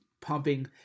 pumping